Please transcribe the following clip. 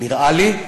נראה לי,